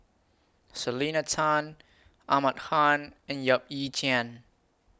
Selena Tan Ahmad Khan and Yap Ee Chian